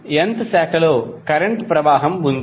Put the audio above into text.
కాబట్టి n వ శాఖలో కరెంట్ ప్రవాహం ఉంది